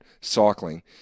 cycling